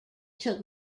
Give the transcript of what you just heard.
took